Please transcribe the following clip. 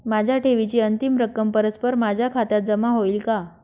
माझ्या ठेवीची अंतिम रक्कम परस्पर माझ्या खात्यात जमा होईल का?